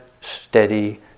steady